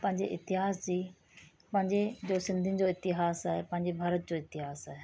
पंहिंजे इतिहास जी पंहिंजे जो सिंधीयुनि जो इतिहास आहे पंहिंजे भारत जो इतिहास आहे